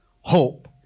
hope